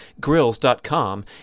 grills.com